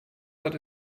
hat